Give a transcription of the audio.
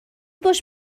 باش